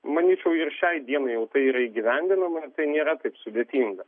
manyčiau ir šiai dienai jau tai yra įgyvendinama tai nėra taip sudėtinga